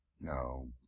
No